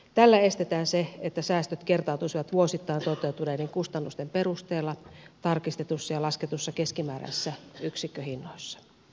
tällä estetään se että säästöt kertautuisivat vuosittain toteutuneiden kustannusten perusteella tarkistetuissa ja lasketuissa keskimääräisissä yksikköhinnoissa